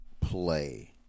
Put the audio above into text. play